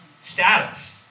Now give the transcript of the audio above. status